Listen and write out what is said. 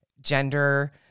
Gender